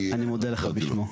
אני מודה לך בשמו.